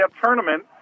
tournament